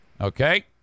Okay